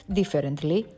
differently